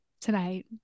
tonight